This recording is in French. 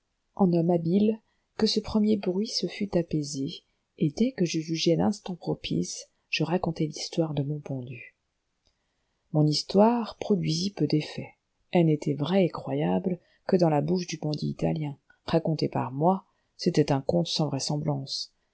en homme habile que ce premier bruit se fût apaisé et dès que je jugeai l'instant propice je racontai l'histoire de mon pendu mon histoire produisit peu d'effet elle n'était vraie et croyable que dans la bouche du bandit italien racontée par moi c'était un conte sans vraisemblance